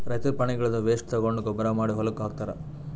ರೈತರ್ ಪ್ರಾಣಿಗಳ್ದ್ ವೇಸ್ಟ್ ತಗೊಂಡ್ ಗೊಬ್ಬರ್ ಮಾಡಿ ಹೊಲಕ್ಕ್ ಹಾಕ್ತಾರ್